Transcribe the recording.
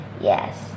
Yes